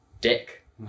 Dick